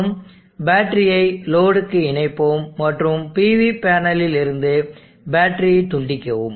மற்றும் பேட்டரியை லோடுக்கு இணைப்போம் மற்றும் PV பேனலில் இருந்து பேட்டரி ஐ துண்டிக்கவும்